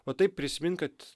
o tai prisimint kad